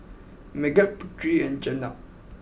Megat Putri and Jenab